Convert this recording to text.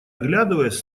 оглядываясь